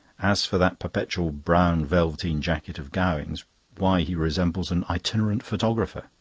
as for that perpetual brown velveteen jacket of gowing's why, he resembles an itinerant photographer.